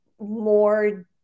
more